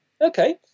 okay